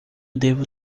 devo